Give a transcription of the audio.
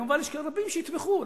מובן שיש רבים שיתמכו,